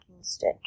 stick